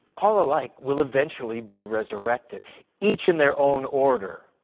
all alike will eventually be resurrected each in their own order.